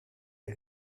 les